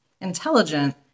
intelligent